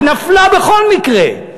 היא נפלה בכל מקרה,